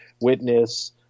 witness